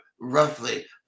roughly